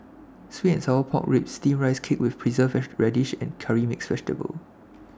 Sweet and Sour Pork Ribs Steamed Rice Cake with Preserved Radish and Curry Mixed Vegetable